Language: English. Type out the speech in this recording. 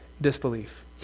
disbelief